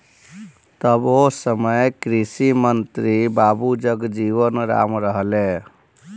तब ओ समय कृषि मंत्री बाबू जगजीवन राम रहलें